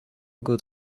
good